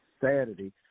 Saturday